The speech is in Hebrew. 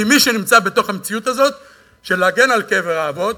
כי מי שנמצא בתוך המציאות הזאת של להגן על קבר האבות